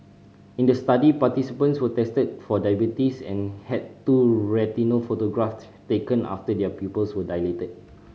in the study participants were tested for diabetes and had two retinal photograph taken after their pupils were dilated